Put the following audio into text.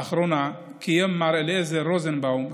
באחרונה קיים מר אליעזר רוזנבאום,